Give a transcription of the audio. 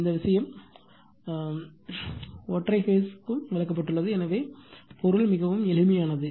இந்த விஷயம் ஒற்றை கட்டத்திற்கும் விளக்கப்பட்டுள்ளது எனவே பொருள் மிகவும் எளிமையானது